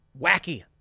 wacky